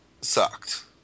sucked